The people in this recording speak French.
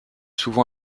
souvent